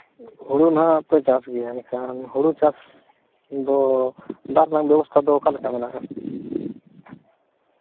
ᱦᱩᱲᱩ ᱱᱟᱦᱟᱸᱜ ᱯᱮ ᱪᱟᱥ ᱜᱮᱭᱟ ᱦᱩᱲᱩ ᱪᱟᱥ ᱫᱚ ᱫᱟᱜ ᱨᱮᱱᱟᱜ ᱵᱮᱵᱚᱥᱛᱷᱟ ᱫᱚ ᱚᱠᱟ ᱞᱮᱠᱟ ᱢᱮᱱᱟᱜᱼᱟ